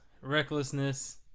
recklessness